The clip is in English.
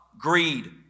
greed